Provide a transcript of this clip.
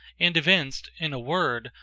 and evinced, in a word,